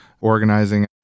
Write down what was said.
organizing